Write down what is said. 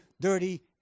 dirty